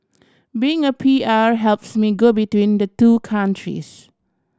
being a P R helps me go between the two countries